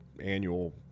annual